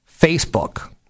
Facebook